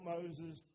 Moses